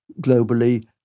globally